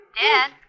Dad